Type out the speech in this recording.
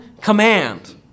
command